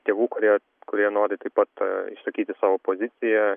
tėvų kurie kurie nori taip pat išsakyti savo poziciją